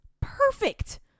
perfect